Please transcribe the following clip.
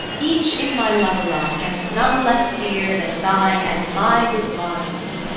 each in my love alike, and none less dear than thine and my good marcius,